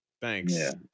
Thanks